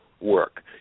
work